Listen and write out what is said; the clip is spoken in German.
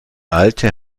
alte